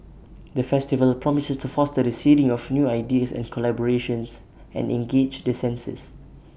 the festival promises to foster the seeding of new ideas and collaborations and engage the senses